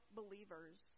believers